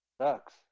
sucks